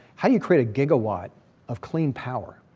how do you create a gigawatt of clean power?